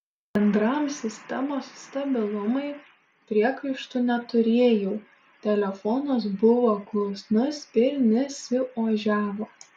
bendram sistemos stabilumui priekaištų neturėjau telefonas buvo klusnus ir nesiožiavo